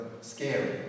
scary